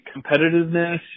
competitiveness